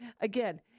again